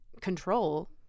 control